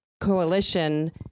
coalition